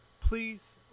Please